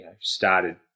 started